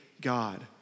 God